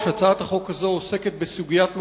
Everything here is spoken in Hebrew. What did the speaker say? הצעת החוק הזאת עוסקת בסוגיית מפתח,